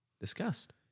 discussed